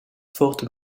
forte